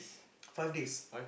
five days